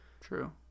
True